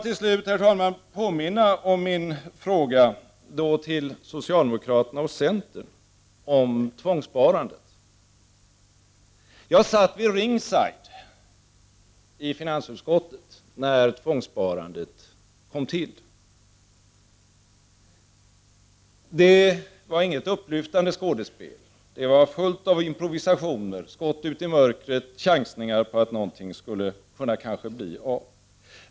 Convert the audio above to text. Till slut, herr talman, vill jag påminna om min fråga till socialdemokraterna och centern om tvångssparandet. Jag satt vid ringside i finansutskottet när tvångssparandet kom upp till behandling. Det var inget upplyftande skå despel. Det var fullt av improvisationer, skott ut i mörkret och chansningar på att någonting kanske skulle kunna bli av.